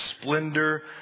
splendor